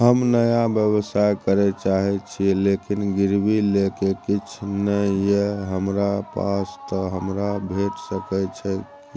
हम नया व्यवसाय करै चाहे छिये लेकिन गिरवी ले किछ नय ये हमरा पास त हमरा भेट सकै छै?